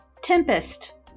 Tempest